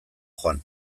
joan